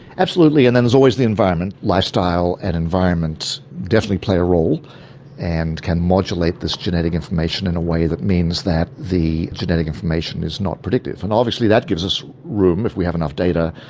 absolutely. and then there's always the environment lifestyle and environment definitely play a role and can modulate this genetic information in a way that means that the genetic information is not predictive. and obviously that gives us room, if we have enough data,